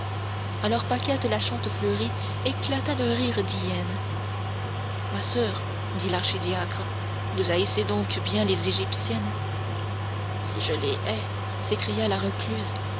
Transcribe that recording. alors paquette la chantefleurie éclata d'un rire d'hyène ma soeur dit l'archidiacre vous haïssez donc bien les égyptiennes si je les hais s'écria la recluse